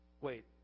Wait